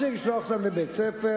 רוצים לשלוח אותם לבית-ספר,